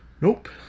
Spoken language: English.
nope